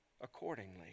accordingly